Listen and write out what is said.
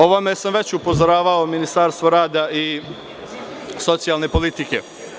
O ovome sam već upozoravao Ministarstvo rada i socijalne politike.